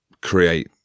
create